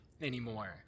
anymore